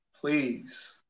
Please